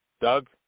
Doug